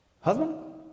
husband